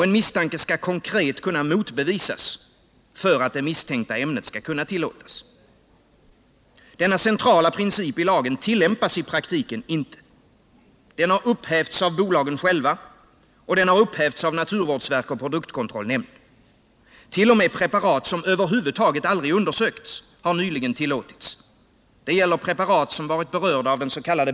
En misstanke skall konkret motbevisas för att det misstänkta ämnet skall kunna tillåtas. Denna centrala princip i lagen tillämpas i praktiken inte. Den har upphävts av bolagen själva, av naturvårdsverk och av produktkontrollnämnd. T. o. m. preparat som över huvud taget aldrig undersökts har nyligen tillåtits. Det gäller preparat som varit berörda av dens.k.